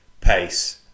pace